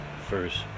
first